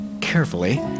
carefully